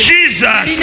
Jesus